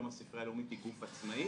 היום הספרייה הלאומית היא גוף עצמאי,